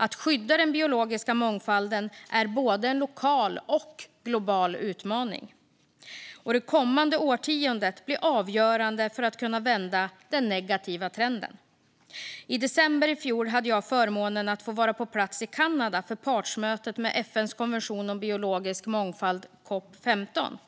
Att skydda den biologiska mångfalden är både en lokal och en global utmaning, och det kommande årtiondet blir avgörande för om det ska gå att vända den negativa trenden. I december i fjol hade jag förmånen att få vara på plats i Kanada för partsmötet med FN:s konvention om biologisk mångfald, COP 15.